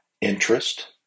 Interest